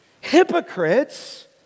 Hypocrites